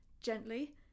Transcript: Gently